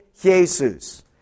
Jesus